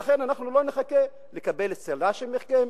לכן אנחנו לא נחכה לקבל צל"ש מכם.